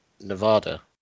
Nevada